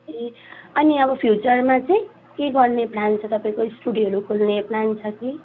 ए अनि अब फ्युचरमा चाहिँ के गर्ने प्लान छ तपाईँको स्टुडियोहरू खोल्ने प्लान छ कि